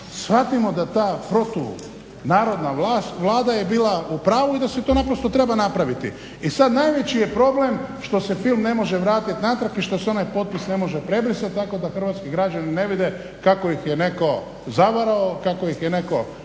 shvatimo da ta protunarodna vlast Vlada je bila u pravu i da se to naprosto treba napraviti. I sad najveći je problem što se film ne može vratiti natrag i što se onaj potpis ne može prebrisati tako da hrvatski građani ne vide kako ih je netko zavarao, kako im je netko